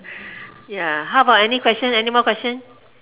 ya how about any questions any more questions